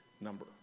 number